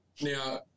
now